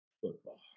football